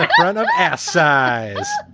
um and of ass size.